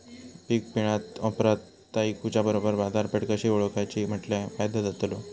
पीक मिळाल्या ऑप्रात ता इकुच्या बरोबर बाजारपेठ कशी ओळखाची म्हटल्या फायदो जातलो?